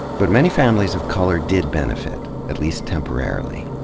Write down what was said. but many families of color did benefit, at least temporarily.